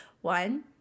One